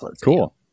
Cool